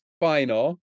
final